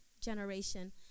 generation